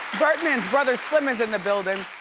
birdman's brother slim is in the building.